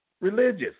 Religious